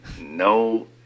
No